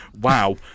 Wow